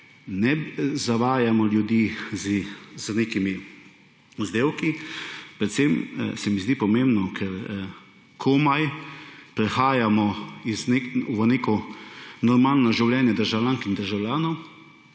ne zavajamo ljudi z nekimi vzdevki. Predvsem se mi zdi pomembno, ker komaj prehajamo v neko normalno življenje državljank in državljanov,